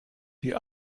die